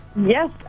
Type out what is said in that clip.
Yes